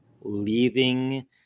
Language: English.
leaving